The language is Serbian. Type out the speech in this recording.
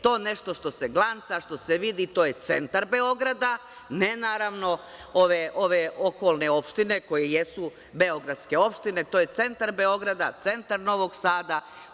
To nešto što se glanca, što se vidi, to je centar Beograda, a ne ove okolne opštine, koje jesu beogradske opštine, ali, to je centar Beograda, centar Novog Sada.